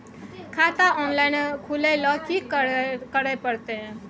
खाता ऑनलाइन खुले ल की करे परतै?